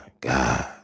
God